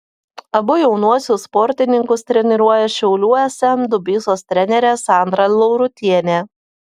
abu jaunuosius sportininkus treniruoja šiaulių sm dubysos trenerė sandra laurutienė